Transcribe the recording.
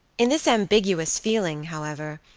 in this ambiguous feeling, however,